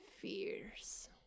fears